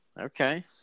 Okay